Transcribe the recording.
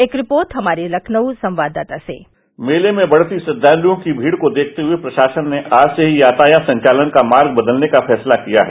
एक रिपोर्ट हमारे लखनऊ संवाददाताः मेले में बढ़ती श्रद्वालुओं की भीड़ को देखते हुए प्रशासन ने आज से ही यातायात का मार्ग बदलने का फैसला किया है